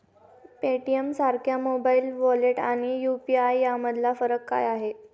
पेटीएमसारख्या mobile wallet आणि UPI यामधला फरक काय आहे?